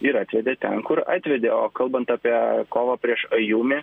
ir atvedė ten kur atvedė o kalbant apie kovą prieš ajumi